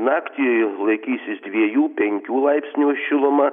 naktį laikysis dviejų penkių laipsnių šiluma